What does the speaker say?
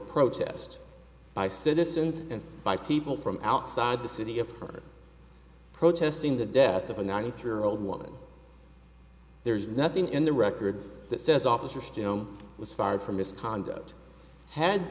protests by citizens and by people from outside the city of protesting the death of a ninety three year old woman there's nothing in the record that says officer was fired for misconduct had